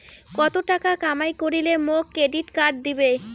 কত টাকা কামাই করিলে মোক ক্রেডিট কার্ড দিবে?